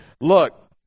look